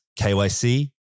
KYC